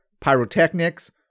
pyrotechnics